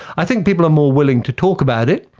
i think people are more willing to talk about it,